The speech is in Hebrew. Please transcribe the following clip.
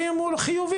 ואם הוא חיובי,